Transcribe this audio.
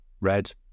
red